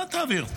תעביר.